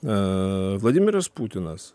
a vladimiras putinas